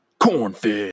cornfed